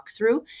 walkthrough